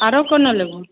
आरो कोनो लेबहो